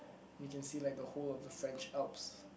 you can see like the whole of the French alps